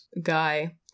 guy